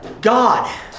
God